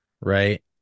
right